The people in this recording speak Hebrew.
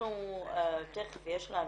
יש לנו